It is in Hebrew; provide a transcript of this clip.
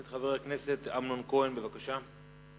חבר הכנסת אמנון כהן, בבקשה.